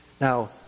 Now